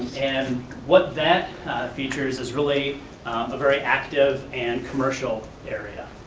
and what that features is really a very active and commercial area.